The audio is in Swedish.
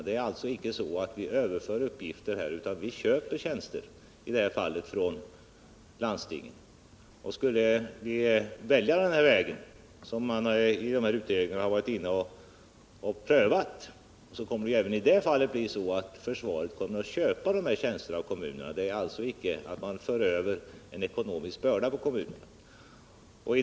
Vi överför alltså icke uppgifter, utan vi köper tjänster — i det här fallet från landstingen. Skulle vi välja den väg som man i de här utredningarna har prövat måste det även i det fallet bli så att försvaret köper dessa tjänster från kommunerna. Någon ekonomisk börda förs alltså icke över på kommunerna.